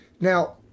Now